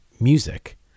music